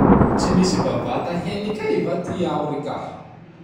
Tsy misy bavata henik'ahy va ty ao rikahe?